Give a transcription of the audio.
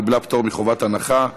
היא קיבלה פטור מחובת הנחה.